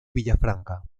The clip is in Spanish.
villafranca